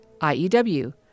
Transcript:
IEW